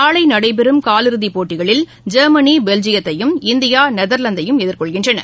நாளைநடைபெறும் காலிறுதிபோட்டிகளில் ஜெர்மனி பெல்ஜியத்தையும் இந்தியா நெதர்லாந்தையும் எதிர்கொள்கிறன